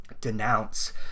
denounce